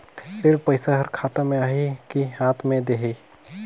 ऋण पइसा हर खाता मे आही की हाथ मे देही?